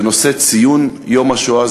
זה נושא ציון יום השואה,